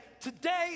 today